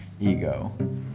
ego